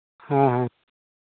ᱦᱮᱸ ᱦᱮᱸ